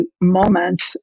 moment